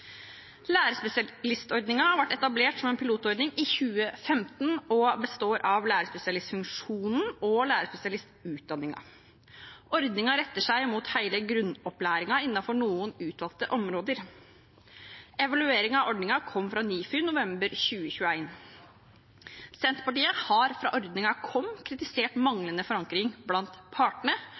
etablert som en pilotordning i 2015 og består av lærerspesialistfunksjonen og lærerspesialistutdanningen. Ordningen retter seg mot hele grunnopplæringen innenfor noen utvalgte områder. Evalueringen av ordningen kom fra NIFU i november 2021. Senterpartiet har fra ordningen kom, kritisert manglende forankring blant partene